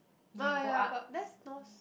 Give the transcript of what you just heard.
ah ya got that's nose